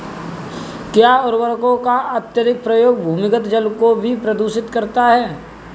क्या उर्वरकों का अत्यधिक प्रयोग भूमिगत जल को भी प्रदूषित करता है?